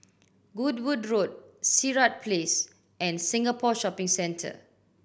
Goodwood Road Sirat Place and Singapore Shopping Centre